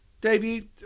debut